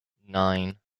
nine